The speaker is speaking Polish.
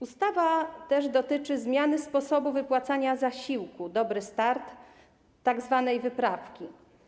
Ustawa dotyczy też zmiany sposobu wypłacania zasiłku „Dobry start”, tzw. wyprawki.